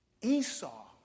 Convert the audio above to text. Esau